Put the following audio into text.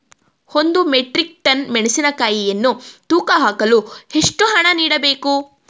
ಒಂದು metric ton ಮೆಣಸಿನಕಾಯಿಯನ್ನು ತೂಕ ಹಾಕಲು ಎಷ್ಟು ಹಣ ನೀಡಬೇಕು?